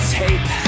tape